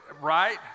Right